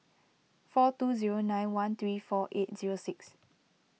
four two zero nine one three four eight zero six